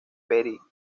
peripecias